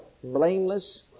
blameless